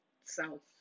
south